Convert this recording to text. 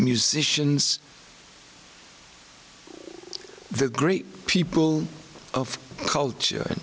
musicians the great people of culture